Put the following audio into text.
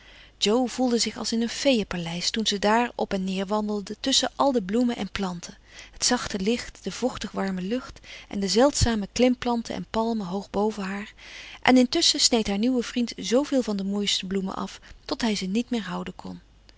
jo voelde zich als in een feeënpaleis toen ze daar op en neer wandelde tusschen al de bloemen en planten het zachte licht de vochtig warme lucht en de zeldzame klimplanten en palmen hoog boven haar en intusschen sneed haar nieuwe vriend zooveel van de mooiste bloemen af tot hij ze niet meer houden kon